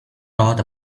thought